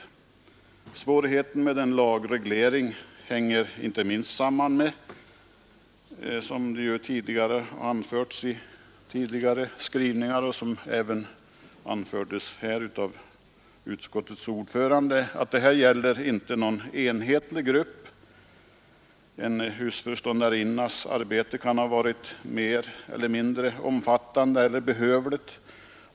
Svårigheten med en lagreglering hänger inte minst samman med, såsom anförts i tidigare skrivningar och som även anfördes här av utskottets ordförande, att det här inte gäller någon enhetlig grupp. En husföreståndarinnas arbete kan ha varit mer eller mindre omfattande eller behövligt.